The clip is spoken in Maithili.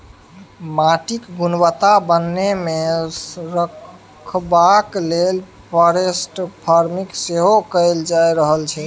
माटिक गुणवत्ता बनेने रखबाक लेल फॉरेस्ट फार्मिंग सेहो कएल जा रहल छै